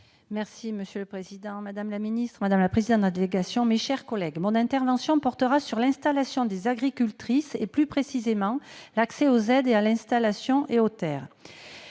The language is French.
Monsieur le président, madame la secrétaire d'État, madame la présidente de la délégation, mes chers collègues, mon intervention portera sur l'installation des agricultrices, et plus précisément sur leur accès aux aides à l'installation et aux terres.